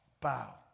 bow